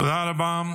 תודה רבה.